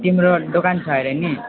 तिम्रो दोकान छ अरे नि